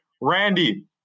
Randy